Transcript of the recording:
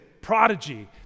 Prodigy